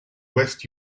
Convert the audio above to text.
west